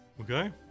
Okay